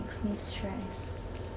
stress